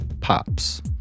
Pops